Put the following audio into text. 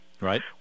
Right